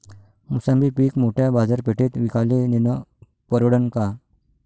मोसंबी पीक मोठ्या बाजारपेठेत विकाले नेनं परवडन का?